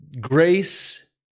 Grace